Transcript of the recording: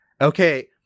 Okay